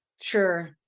Sure